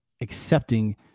accepting